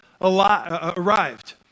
arrived